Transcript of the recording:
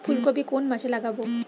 ফুলকপি কোন মাসে লাগাবো?